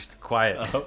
Quiet